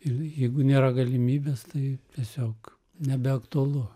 ir jeigu nėra galimybės tai tiesiog nebeaktualu